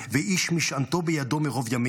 ואיש משענתו בידו מרב ימים,